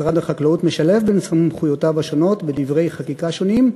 משרד החקלאות משלב בין סמכויותיו השונות בדברי חקיקה שונים,